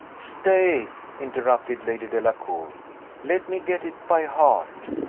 stay, interrupted lady delacour let me get it by heart.